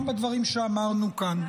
גם בדברים שאמרנו כאן.